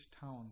town